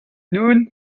nun